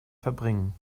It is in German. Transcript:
verbringen